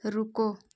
रूको